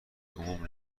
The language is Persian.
عموم